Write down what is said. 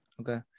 Okay